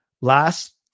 Last